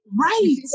right